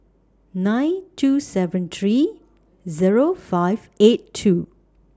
nine two seven three Zero five eight two